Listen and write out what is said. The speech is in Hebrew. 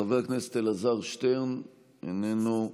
חבר הכנסת אלעזר שטרן, איננו.